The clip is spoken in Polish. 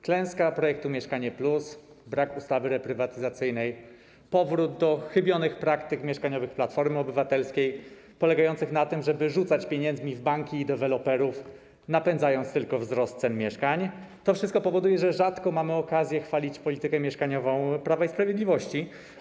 Klęska projektu „Mieszkanie+”, brak ustawy reprywatyzacyjnej, powrót do chybionych praktyk mieszkaniowych Platformy Obywatelskiej polegających na tym, żeby rzucać pieniędzmi w banki i deweloperów, napędzając tylko wzrost cen mieszkań - to wszystko powoduje, że rzadko mamy okazję chwalić politykę mieszkaniową Prawa i Sprawiedliwości.